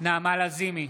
נעמה לזימי,